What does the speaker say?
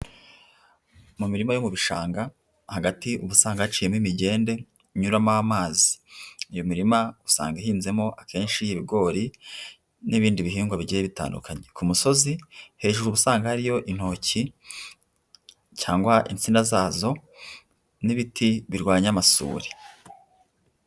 Mu mirima yo mu bishanga hagati uba usanga haciyemo imigende inyuramo amazi, iyo mirima usanga ihinzemo akenshi ibigori n'ibindi bihingwa bigiye bitandukanye. Ku musozi, hejuru usanga hariyo intoki cyangwa insina zazo n'ibiti birwanya amasuri.